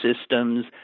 systems